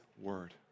word